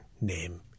name